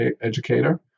educator